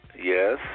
Yes